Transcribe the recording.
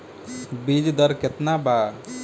बीज दर केतना बा?